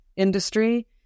Industry